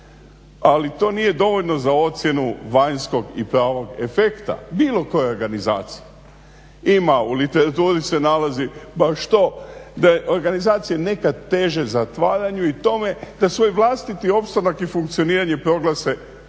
ali to nije dovoljno za ocjenu vanjskog i pravog efekta bilo koje organizacije. Ima u literaturi se nalazi baš to da je organizacija nekad teže zatvaranju i tome da svoj vlastiti opstanak i funkcioniranje proglase jedinim